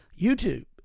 YouTube